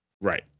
Right